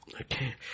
Okay